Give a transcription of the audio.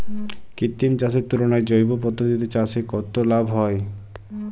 কৃত্রিম চাষের তুলনায় জৈব পদ্ধতিতে চাষে কত লাভ হয়?